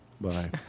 Bye